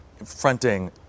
fronting